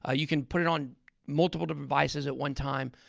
ah you can put it on multiple devices at one time,